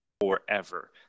forever